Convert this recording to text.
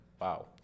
Wow